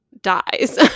dies